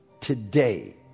today